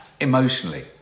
emotionally